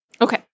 Okay